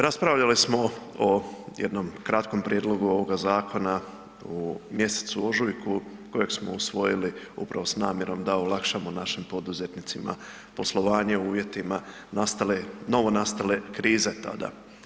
Raspravljali smo o jednom kratkom prijedlogu ovoga zakona u mjesecu ožujku kojeg smo usvojili upravo s namjerom da olakšamo našim poduzetnicima poslovanje u uvjetima nastale, novonastale krize tada.